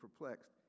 perplexed